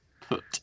put